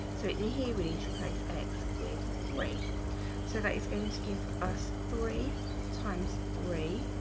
so in here we need to replace x with three so that it's going to give us three times three